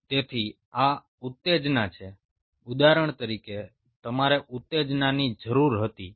તેથી આ ઉત્તેજના છે ઉદાહરણ તરીકે તમારે ઉત્તેજનાની જરૂર હતી